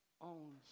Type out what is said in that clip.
owns